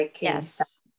yes